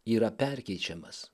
yra perkeičiamas